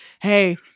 hey